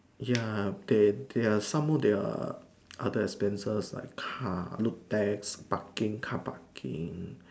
ya there there are some more there are other expenses like car lab tax parking car parking